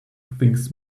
things